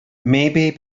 maybe